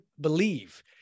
believe